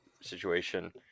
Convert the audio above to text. situation